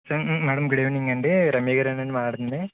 madam good evening అండీ రమ్య గారేనా అండీ మాట్లాడుతుంది